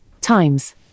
times